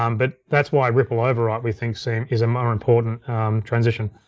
um but that's why ripple override we think seem is a more important transition.